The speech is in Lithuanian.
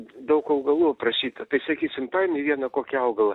daug augalų prašyta tai sakysim paimi vieną kokį augalą